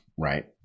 right